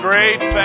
great